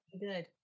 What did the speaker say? good